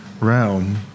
realm